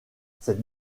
cette